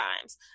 times